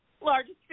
largest